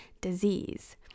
disease